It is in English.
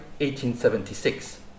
1876